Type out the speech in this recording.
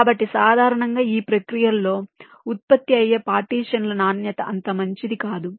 కాబట్టి సాధారణంగా ఈ ప్రక్రియలో ఉత్పత్తి అయ్యే పార్టీషన్ ల నాణ్యత అంత మంచిది కాదు